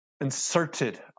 inserted